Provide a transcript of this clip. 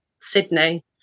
Sydney